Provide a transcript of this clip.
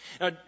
Now